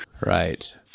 Right